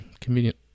convenient